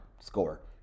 Score